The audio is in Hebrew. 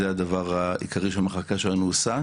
זה הדבר העיקרי שהמחלקה שלנו עושה.